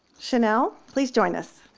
chanel, please join us.